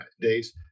days